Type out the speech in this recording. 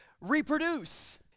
reproduce